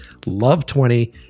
LOVE20